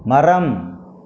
மரம்